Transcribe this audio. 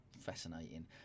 fascinating